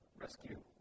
rescue